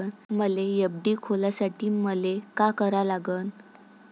मले एफ.डी खोलासाठी मले का करा लागन?